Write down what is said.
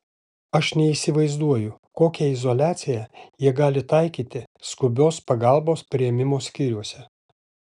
aš neįsivaizduoju kokią izoliaciją jie gali taikyti skubios pagalbos priėmimo skyriuose